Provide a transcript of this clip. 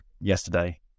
yesterday